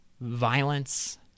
violence